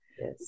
Yes